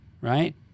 right